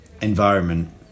environment